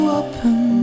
open